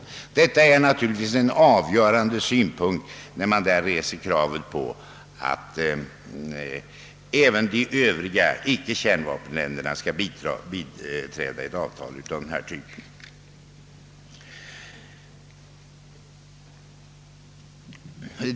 Detta är naturligtvis det avgörande skälet till att Sovjet reser kravet på att även ickekärnvapenländerna skall biträda ett avtal av denna typ.